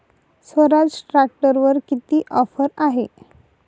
स्वराज ट्रॅक्टरवर किती ऑफर आहे?